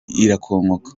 irakongoka